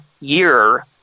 year